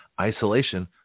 Isolation